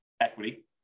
equity